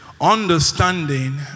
Understanding